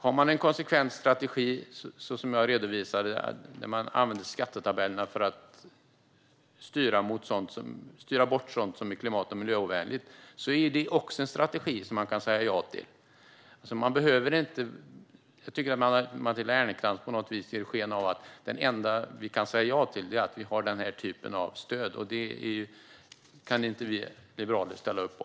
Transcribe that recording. Har man en konsekvent strategi och använder skattetabellerna - som jag redovisade - för att styra bort sådant som är klimat och miljöovänligt är det också en strategi som man kan säga ja till. Jag tycker att Matilda Ernkrans på något vis ger sken av att det enda som vi kan säga ja till är att ha den här typen av stöd. Det kan vi liberaler inte ställa upp på.